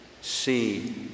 see